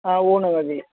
ആ ഊണുമതി